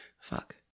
Fuck